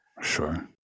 Sure